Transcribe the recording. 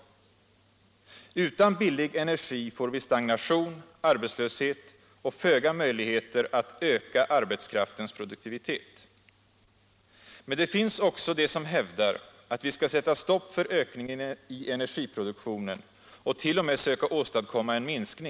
Utan billig energi får vi stagnation, arbetslöshet och föga möjligheter att öka arbetskraftens produktivitet. Men det finns också de som hävdar att vi skall sätta stopp för ökningen i energiproduktionen och t.o.m. söka åstadkomma en minskning.